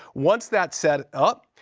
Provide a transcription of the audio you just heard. once that's set up,